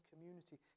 community